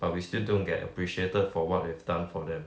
but we still don't get appreciated for what we've done for them